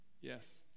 yes